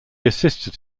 assisted